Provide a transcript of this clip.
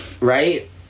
right